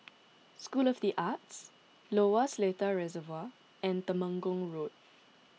School of the Arts Lower Seletar Reservoir and Temenggong Road